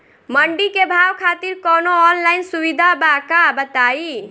मंडी के भाव खातिर कवनो ऑनलाइन सुविधा बा का बताई?